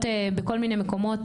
שעושות בכל מיני מקומות,